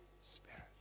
Spirit